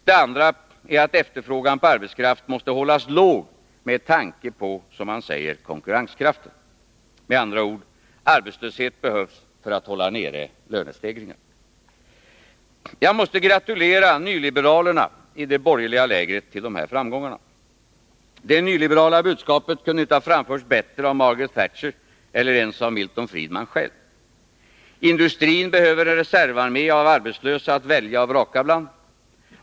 Det andra är att efterfrågan på arbetskraft måste hållas låg med tanke på — som man säger — konkurrenskraften. Med andra ord: arbetslöshet behövs för att hålla nere lönestegringarna. Jag måste gratulera nyliberalerna i det borgerliga lägret till dessa framgångar. Det nyliberala budskapet kunde inte ha framförts bättre av Margaret Thatcher eller ens av Milton Friedman själv. Industrin behöver en reservarmé av arbetslösa att välja och vraka bland.